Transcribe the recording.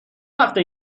وقته